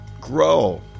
grow